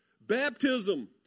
Baptism